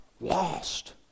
lost